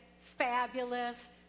fabulous